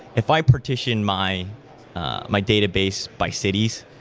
if i partition my my database by cities,